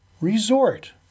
Resort